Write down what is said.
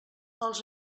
els